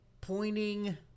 pointing